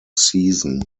season